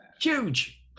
Huge